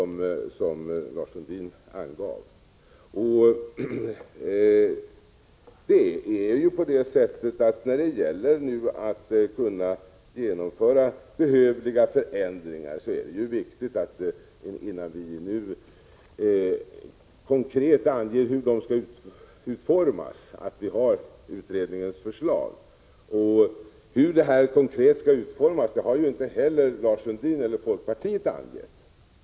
Det rör sig alltså inte om den långa tid som Lars Sundin angav. Innan vi konkret anger hur de behövliga förändringarna skall utformas är det viktigt att vi har fått utredningens förslag. Hur lagstiftningen skall ändras har inte heller Lars Sundin eller folkpartiet preciserat.